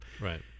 Right